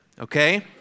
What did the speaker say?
Okay